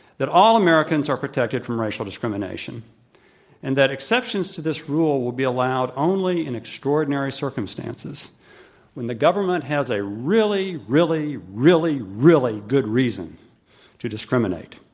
that all americans are protected from racial discrimination and that exceptions to this rule will be allowed only in extraordinary circumstances when the government has a really, really, really, really good reason to discrimi nate,